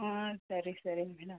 ಹಾಂ ಸರಿ ಸರಿ ಮೇಡಮ್